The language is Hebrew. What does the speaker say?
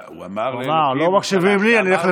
הוא אמר: הם לא מקשיבים לי, אני אלך לפרעה.